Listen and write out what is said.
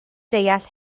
deall